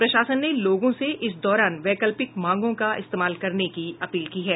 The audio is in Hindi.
प्रशासन ने लोगों से इस दौरान वैकल्पिक मार्गो का इस्तेमाल करने की अपील की है